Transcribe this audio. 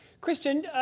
Kristen